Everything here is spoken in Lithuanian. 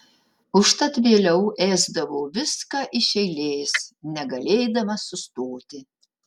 užtat vėliau ėsdavau viską iš eilės negalėdama sustoti